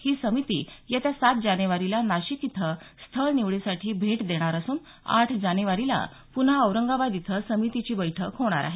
ही समिती येत्या सात जानेवारीला नाशिक इथं स्थळ निवडीसाठी भेट देणार असून आठ जानेवारीला पुन्हा औरंगाबाद इथं समितीची बैठक होणार आहे